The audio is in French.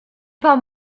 pas